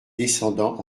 descendant